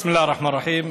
בסם אללה א-רחמאן א-רחים.